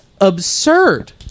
absurd